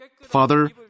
Father